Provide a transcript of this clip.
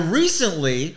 recently